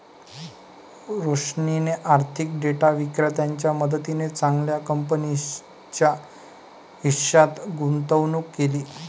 रोशनीने आर्थिक डेटा विक्रेत्याच्या मदतीने चांगल्या कंपनीच्या हिश्श्यात गुंतवणूक केली